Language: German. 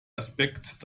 aspekt